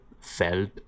felt